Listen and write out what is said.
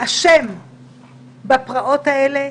אשם בפרעות האלה,